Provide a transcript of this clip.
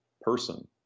person